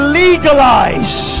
legalize